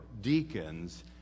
deacons